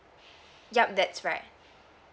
yup that's right